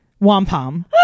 Wampum